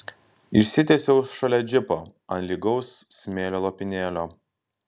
išsitiesiau šalia džipo ant lygaus smėlio lopinėlio